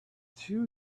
two